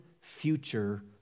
future